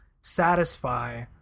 satisfy